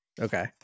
okay